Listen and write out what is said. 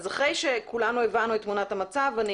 אז אחרי שכולנו הבנו את תמונת המצב אני